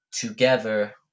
together